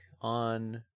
on